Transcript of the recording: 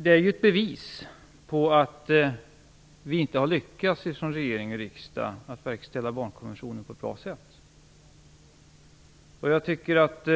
Det är bevis på att vi från riksdag och regering inte lyckats med att verkställa barnkonventionen på ett bra sätt. Jag tycker att